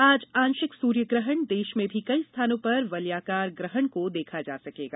आज आंशिक सूर्यग्रहण देश में भी कई स्थानों पर वलयाकार ग्रहण को देखा जा सकेगा